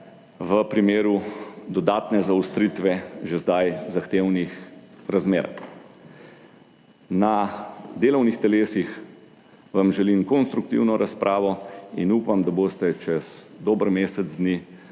v primeru dodatne zaostritve že zdaj zahtevnih razmer. Na delovnih telesih vam želim konstruktivno razpravo in upam, da boste čez dober mesec dni